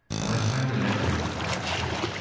and i found it everywhere, actually. and